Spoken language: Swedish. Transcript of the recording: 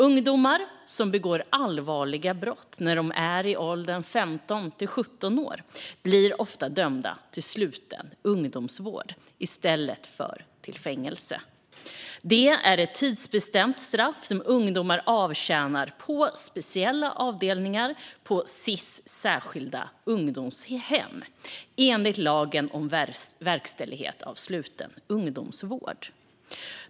Ungdomar som begår allvarliga brott när de är i åldrarna 15-17 år blir ofta dömda till sluten ungdomsvård i stället för till fängelse. Det är ett tidsbestämt straff som ungdomarna avtjänar på speciella avdelningar på Sis särskilda ungdomshem, enligt lagen om verkställighet av sluten ungdomsvård.